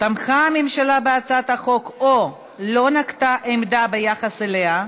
תמכה הממשלה בהצעת החוק או לא נקטה עמדה ביחס אליה,